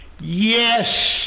yes